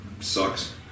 sucks